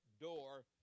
door